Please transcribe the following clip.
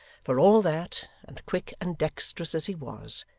for all that, and quick and dexterous as he was,